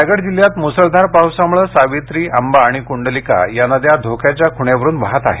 रायगड जिल्ह्यात मुसळधार पावसामुळे सावित्री आंबा आणि कुंडलिका या नद्या धोक्याच्या खुणेवरून वाहत आहेत